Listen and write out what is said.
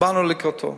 באנו לקראתו.